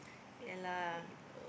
can lah